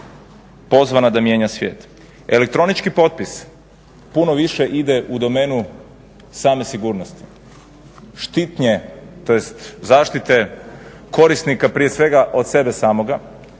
pozvana da mijenja svijet. Elektronički potpis puno više ide u domenu same sigurnosti, zaštite korisnika prije svega od sebe samoga,